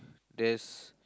there's